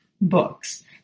books